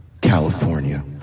california